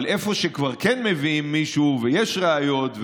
אבל איפה שכבר כן מביאים מישהו ויש ראיות,